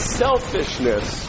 selfishness